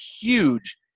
huge